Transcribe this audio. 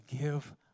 give